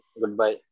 goodbye